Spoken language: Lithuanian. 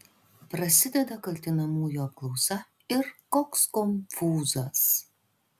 prasideda kaltinamųjų apklausa ir koks konfūzas